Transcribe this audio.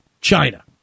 China